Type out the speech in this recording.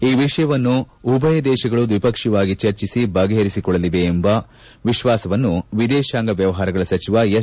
ಈ ವಿಷಯವನ್ನು ಉಭಯ ದೇಶಗಳು ದ್ವಿಪಕ್ಷೀಯವಾಗಿ ಚರ್ಚಿಸಿ ಬಗೆಹರಿಸಿಕೊಳ್ಳಲಿವೆ ಎಂದು ವಿದೇಶಾಂಗ ವ್ಯವಹಾರಗಳ ಸಚಿವ ಎಸ್